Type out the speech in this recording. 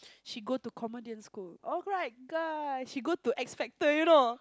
she go to comedian school alright guys she go to X-Factor do you know